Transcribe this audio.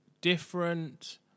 different